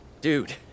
dude